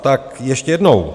Tak ještě jednou.